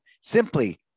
simply